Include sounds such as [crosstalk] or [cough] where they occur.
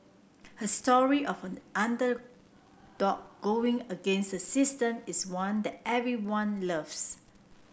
her story of [hesitation] underdog going against the system is one that everyone loves